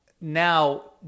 Now